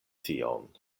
tion